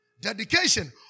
Dedication